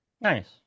nice